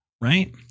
Right